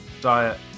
diet